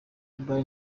brian